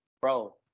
bro